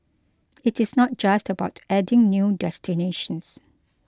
it is not just about adding new destinations